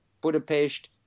Budapest